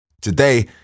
Today